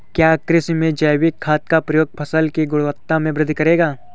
क्या कृषि में जैविक खाद का प्रयोग फसल की गुणवत्ता में वृद्धि करेगा?